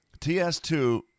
TS2